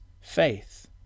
faith